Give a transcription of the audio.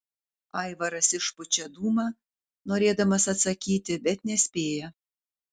aivaras išpučia dūmą norėdamas atsakyti bet nespėja